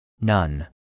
None